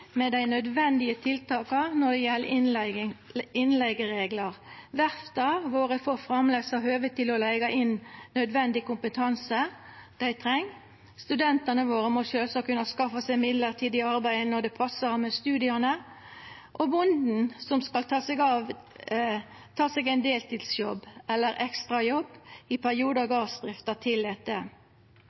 med dei nødvendige tiltaka når det gjeld innleigereglar. Verfta våre får framleis ha høve til å leiga inn nødvendig kompetanse dei treng, studentane våre må sjølvsagt kunna skaffa seg mellombels arbeid når det passar med studia, og bonden må kunna ta seg ein deltidsjobb eller ekstrajobb i